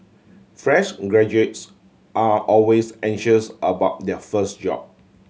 fresh graduates are always anxious about their first job